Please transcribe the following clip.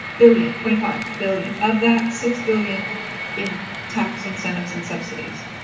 billion, twenty five, billion. of that six billion in tax incentives and subsidies.